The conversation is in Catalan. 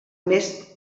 més